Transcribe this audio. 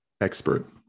expert